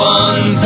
one